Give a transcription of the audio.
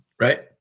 Right